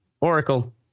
Oracle